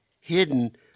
hidden